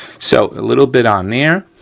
so, a little bit on there.